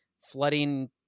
flooding